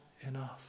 enough